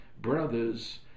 brothers